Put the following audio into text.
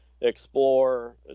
explore